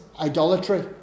idolatry